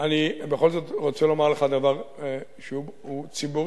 אני בכל זאת רוצה לומר לך דבר שהוא ציבורי,